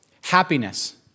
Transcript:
happiness